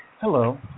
Hello